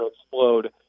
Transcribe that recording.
explode